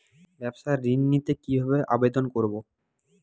ব্যাবসা ঋণ নিতে কিভাবে আবেদন করব?